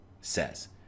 says